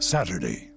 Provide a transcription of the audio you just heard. Saturday